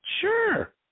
Sure